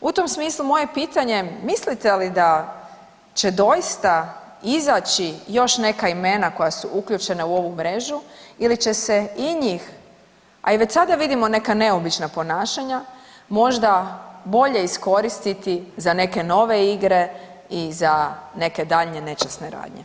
U tom smislu moje pitanje, mislite li da će doista izaći još neka imena koja su uključena u ovu mrežu ili će se i njih, a i već sada vidimo neka neobična ponašanja možda bolje iskoristiti za neke nove igre i za neke daljnje nečasne radnje.